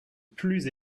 plus